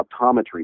optometry